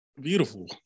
beautiful